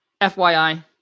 FYI